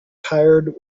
tired